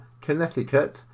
Connecticut